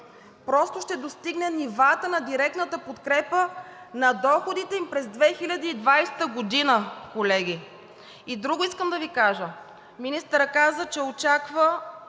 просто ще достигне нивата на директната подкрепа на доходите им през 2020 г., колеги. И друго искам да Ви кажа, защото министърът каза, че очаква